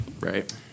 Right